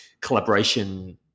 collaboration